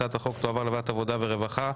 הצעת החוק תועבר לוועדת העבודה והרווחה.